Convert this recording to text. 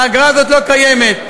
האגרה הזאת לא קיימת.